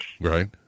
Right